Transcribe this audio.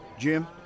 Jim